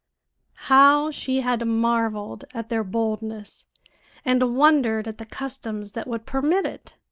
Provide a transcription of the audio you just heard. how she had marveled at their boldness and wondered at the customs that would permit it!